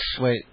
Wait